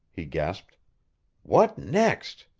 he gasped what next?